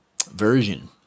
Version